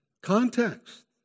Context